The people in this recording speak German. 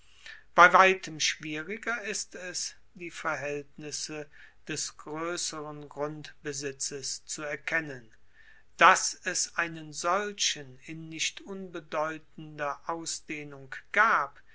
bei weitem schwieriger ist es die verhaeltnisse des groesseren grundbesitzes zu erkennen dass es einen solchen in nicht unbedeutender ausdehnung gab